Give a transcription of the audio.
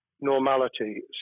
normality